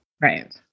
Right